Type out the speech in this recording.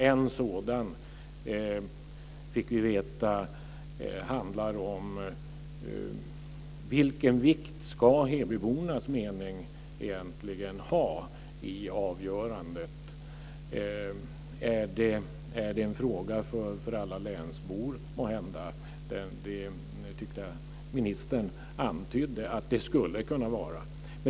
En sådan, fick vi veta, handlar om vilken vikt hebybornas mening egentligen ska ha i avgörandet. Är det måhända en fråga för alla länsbor? Ministern antydde att det skulle kunna vara det.